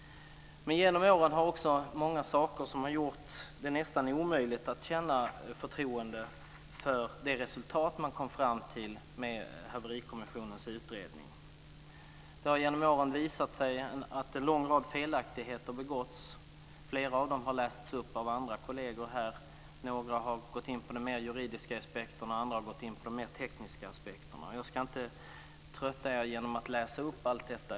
Genom åren har många saker gjort det nästan omöjligt att känna förtroende för det resultat som man kom fram till med Haverkommissionens utredning. Det har ju genom åren visat sig att en lång rad felaktigheter begåtts. Flera av dem har kolleger här läst upp. Några har gått in på de mer juridiska aspekterna, medan andra har gått in på de mer tekniska aspekterna. Jag ska inte trötta er genom att upprepa allt detta.